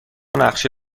نقشه